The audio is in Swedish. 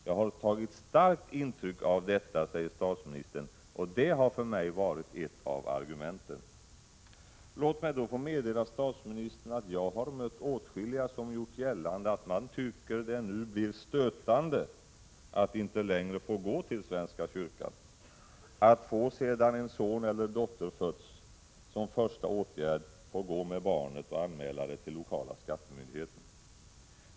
Jag har tagit starkt intryck av detta, och det har för mig varit ett av argumenten.” Låt mig då få meddela statsministern att jag har mött åtskilliga människor som har gjort gällande att de tycker att det skulle kännas stötande att inte längre få gå till svenska kyrkan — att sedan en son eller dotter fötts som första åtgärd få gå med barnet och anmäla det till lokala skattemyndigheten.